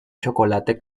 chocolate